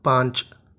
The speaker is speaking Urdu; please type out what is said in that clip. پانچ